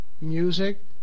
music